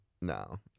no